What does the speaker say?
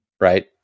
right